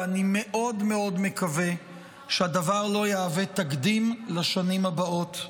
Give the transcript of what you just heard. ואני מאוד מאוד מקווה שהדבר לא יהווה תקדים לשנים הבאות.